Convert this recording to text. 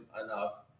enough